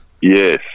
Yes